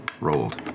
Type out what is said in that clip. rolled